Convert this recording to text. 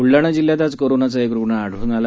ब्लडाणा जिल्ह्यात आज कोरोनाचा एक रुग्ण आढळ्न आला